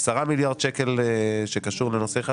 10 מיליארד שקלים שקשורים לנושא אחד,